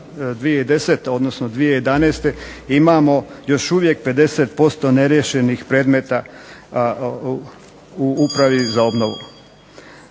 2010. odnosno 2011. imamo još uvijek 50% neriješenih predmeta u Upravi za obnovu.